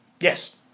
Yes